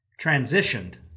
transitioned